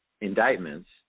indictments